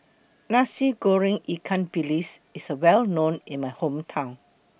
Nasi Goreng Ikan Bilis IS A Well known in My Hometown